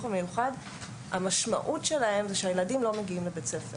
המיוחד היא שהילדים לא מגיעים לבית ספר.